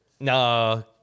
No